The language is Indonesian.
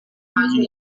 baju